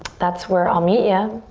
that's where i'll meet ya.